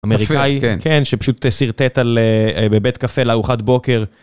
אמריקאי, שפשוט סרטט בבית קפה לארוחת בוקר.